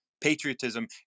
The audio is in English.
patriotism